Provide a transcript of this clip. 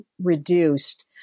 reduced